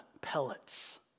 pellets